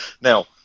Now